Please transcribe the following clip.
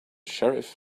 sheriff